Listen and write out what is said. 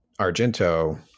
Argento